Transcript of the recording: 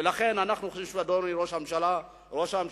ולכן אנחנו חושבים שאדוני ראש הממשלה צריך